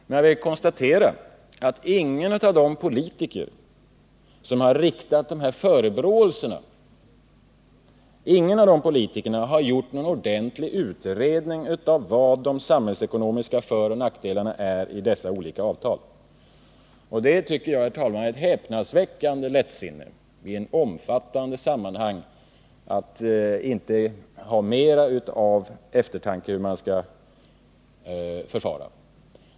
Men jag vill konstatera att ingen av de politiker som gjort dessa förebråelser har genomfört någon egentlig utredning av de samhällsekonomiska föroch nackdelarna i dessa olika avtal. Jag tycker att det, herr talman, är ett häpnadsväckande lättsinne i ett omfattande sammanhang att inte ha mera av eftertanke när det gäller hur man skall förfara.